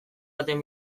baten